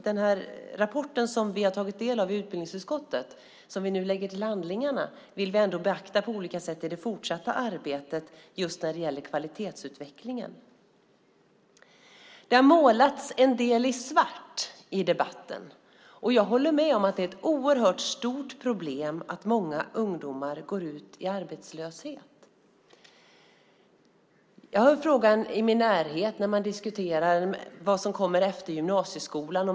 Den här rapporten, som vi har tagit del av i utbildningsutskottet och nu lägger till handlingarna, vill vi ändå beakta på olika sätt i det fortsatta arbetet med kvalitetsutvecklingen. Det har målats en del i svart i debatten. Jag håller med om att det är ett oerhört stort problem att många ungdomar går ut i arbetslöshet. I min närhet diskuterar man vad som kommer efter gymnasieskolan.